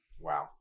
Wow